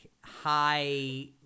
high